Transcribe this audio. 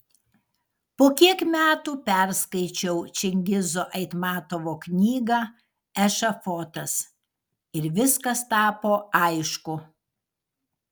po kiek metų perskaičiau čingizo aitmatovo knygą ešafotas ir viskas tapo aišku